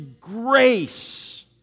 grace